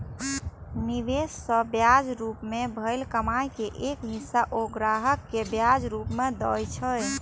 निवेश सं ब्याजक रूप मे भेल कमाइ के एक हिस्सा ओ ग्राहक कें ब्याजक रूप मे दए छै